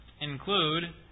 include